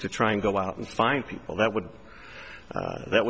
to try and go out and find people that would that